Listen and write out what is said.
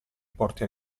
porti